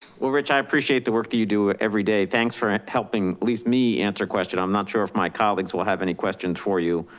well rich, i appreciate the work that you do every day. thanks for helping at least me answer question. i'm not sure if my colleagues will have any questions for you.